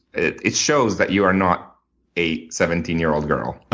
it it shows that you are not a seventeen year old girl.